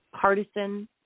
partisan